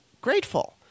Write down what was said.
grateful